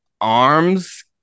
arms